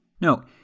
No